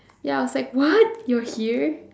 ya I was like what you're here